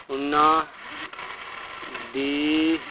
ਉਹਨਾਂ ਦੀ